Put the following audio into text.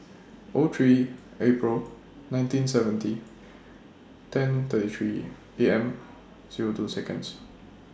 O three April nineteen seventy ten thirty three A M Zero two Seconds